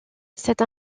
cette